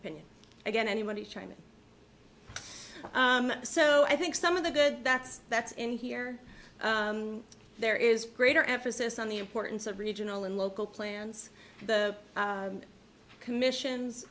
opinion again anybody trying to so i think some of the good that's that's in here there is greater emphasis on the importance of regional and local plans the commission